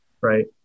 Right